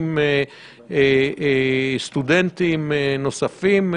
סטודנטים נוספים.